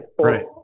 Right